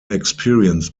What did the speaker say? experienced